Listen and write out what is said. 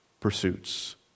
pursuits